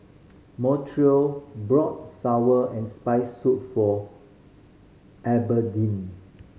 Montrell bought sour and Spicy Soup for Albertine